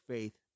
Faith